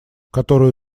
которую